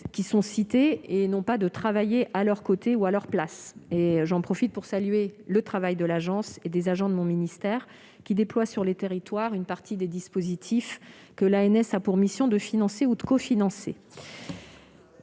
ensemble, non pour travailler à leurs côtés ou à leur place. J'en profite pour saluer le travail de l'Agence et des agents de mon ministère, qui déploient sur les territoires une partie des dispositifs que l'ANS a pour mission de financer ou de cofinancer.